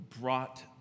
brought